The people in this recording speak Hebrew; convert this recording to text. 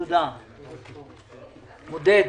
עודד.